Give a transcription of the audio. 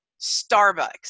Starbucks